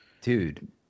Dude